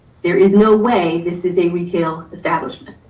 there is no way this is a retail establishment.